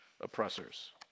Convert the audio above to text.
oppressors